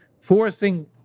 Forcing